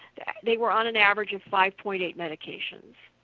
they were on an average of five point eight medications.